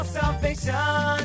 salvation